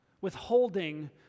withholding